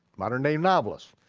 modern day nablus,